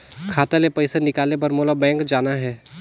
खाता ले पइसा निकाले बर मोला बैंक जाना हे?